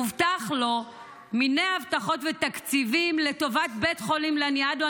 הובטחו לו מיני הבטחות ותקציבים לטובת בית החולים לניאדו.